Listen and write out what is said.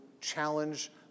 challenge